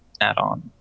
add-on